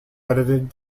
edited